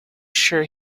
sure